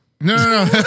No